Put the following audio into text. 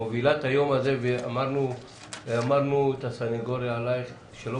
מובילה את היום הזה ואמרנו עלייך סניגוריה שלא